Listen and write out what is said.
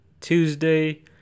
Tuesday